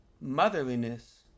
motherliness